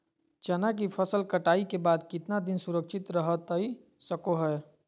चना की फसल कटाई के बाद कितना दिन सुरक्षित रहतई सको हय?